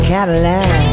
Cadillac